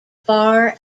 far